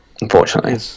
unfortunately